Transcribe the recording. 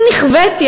אם נכוויתי,